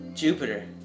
Jupiter